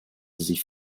sich